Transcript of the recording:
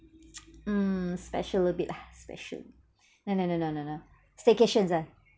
mm special a bit ah special no no no no no no staycations ah